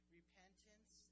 repentance